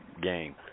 game